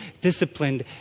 disciplined